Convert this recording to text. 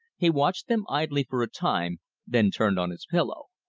he watched them idly for a time then turned on his pillow.